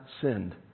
sinned